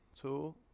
two